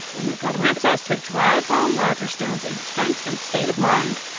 and the government says to drive home roger stone's intent and state of mind,